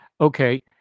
Okay